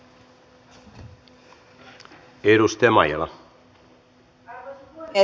arvoisa puhemies